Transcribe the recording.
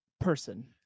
person